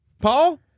Paul